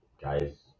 guys